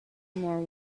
more